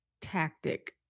tactic